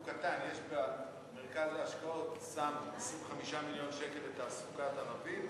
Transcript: יש במרכז ההשקעות 25 מיליון שקל לתעסוקת ערבים,